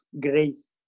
grace